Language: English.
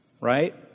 Right